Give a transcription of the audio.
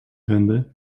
vinden